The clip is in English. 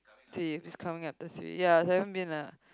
three if it's coming after three ya it's never been a